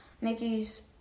Mickey's